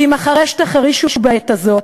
כי אם החרש תחרישו בעת הזאת,